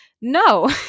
No